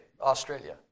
Australia